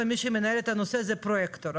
ומי שמנהל את הנושא זה פרויקטור.